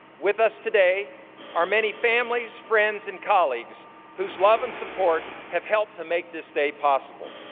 with us today are many families, friends, and colleagues whose love and support have helped to make this day possible.